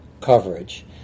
coverage